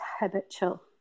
habitual